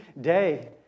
day